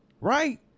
Right